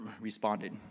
responded